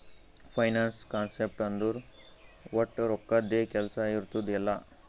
finance concept ಅಂದುರ್ ವಟ್ ರೊಕ್ಕದ್ದೇ ಕೆಲ್ಸಾ ಇರ್ತುದ್ ಎಲ್ಲಾ